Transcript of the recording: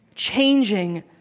changing